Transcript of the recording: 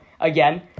again